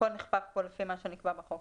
הכל נחקק כאן לפי מה שנקבע בחוק.